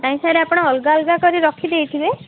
ନାହିଁ ସାର୍ ଆପଣ ଅଲଗା ଅଲଗା କରି ରଖି ଦେଇଥିବେ